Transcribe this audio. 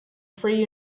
free